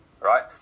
right